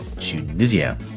Tunisia